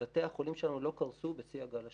בתי החולים שלנו לא קרסו בשיא הגל השני.